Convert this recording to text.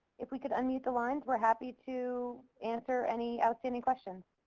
if we could unmute the lines, we're happy to answer any outstanding questions.